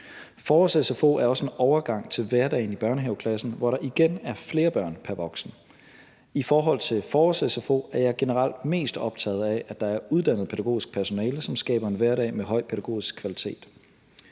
Forårs-sfo er også en overgang til hverdagen i børnehaveklassen, hvor der igen er flere børn pr. voksen. I forhold til forårs-sfo er jeg generelt mest optaget af, at der er uddannet pædagogisk personale, som skaber en hverdag med høj pædagogisk kvalitet.